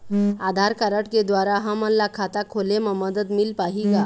आधार card के द्वारा हमन ला खाता खोले म मदद मिल पाही का?